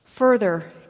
further